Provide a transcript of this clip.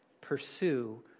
pursue